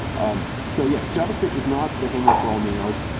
um so yes, javascript is not the hammer for all nails.